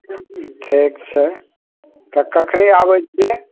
ठीक छै तऽ कखनी आबय छियै